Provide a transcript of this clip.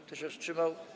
Kto się wstrzymał?